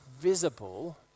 visible